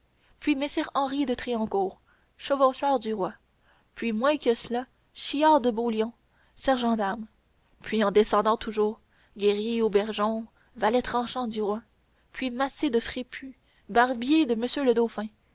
puis messire henri de triancourt chevaucheur du roi puis moins que cela chiart de beaulion sergent d'armes puis en descendant toujours guery aubergeon valet tranchant du roi puis macé de frépus barbier de m le dauphin